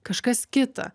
kažkas kita